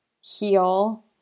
heal